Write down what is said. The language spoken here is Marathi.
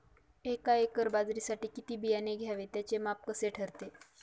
एका एकर बाजरीसाठी किती बियाणे घ्यावे? त्याचे माप कसे ठरते?